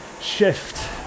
shift